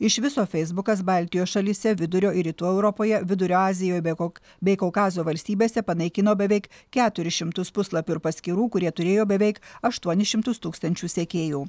iš viso feisbukas baltijos šalyse vidurio ir rytų europoje vidurio azijoj bei kok bei kaukazo valstybėse panaikino beveik keturis šimtus puslapių ir paskyrų kurie turėjo beveik aštuonis šimtus tūkstančių sekėjų